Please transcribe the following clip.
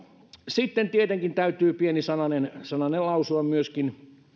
sitten tietenkin täytyy pieni sananen sananen lausua myöskin